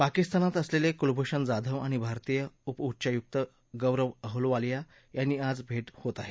पाकिस्तानात असलेले कुलभूषण जाधव आणि भारतीय उप उच्चायुक्त गौरव अहलुवालिया यांची आज भेट होत आहे